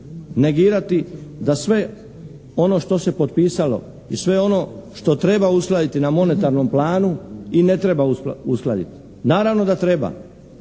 negirati da sve ono što se potpisalo i sve ono što treba uskladiti na monetarnom planu i ne treba uskladiti. Naravno da treba,